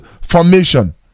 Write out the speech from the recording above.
formation